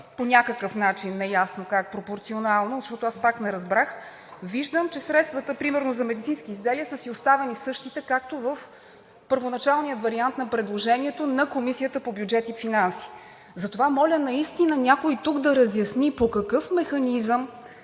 по някакъв начин, неясно как, пропорционално, защото аз пак не разбрах, виждам, че средствата, примерно за медицински изделия, са си останали същите, както в първоначалния вариант на предложението на Комисията по бюджет и финанси. Затова моля наистина някой тук да разясни по какъв механизъм